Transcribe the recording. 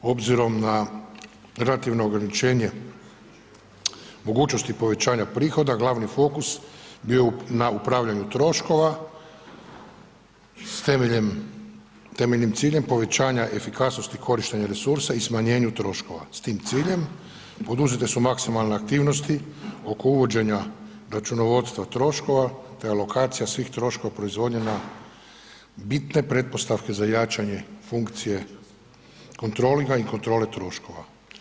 Obzirom na relativno ograničenje mogućnosti povećanja prihoda glavni fokus bio je na upravljanju troškova s temeljem, temeljem, ciljem povećanja efikasnosti korištenja resursa i smanjenjem troškova, s tim ciljem poduzete su maksimalne aktivnosti oko uvođenja računovodstva troškova, te alokacija svih troškova proizvodnje na bitne pretpostavke za jačanje funkcije kontrolinga i kontrole troškova.